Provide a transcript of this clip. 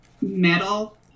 metal